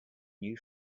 new